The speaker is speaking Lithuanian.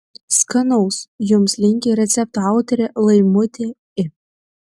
skanaus jums linki recepto autorė laimutė i